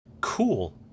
Cool